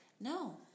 No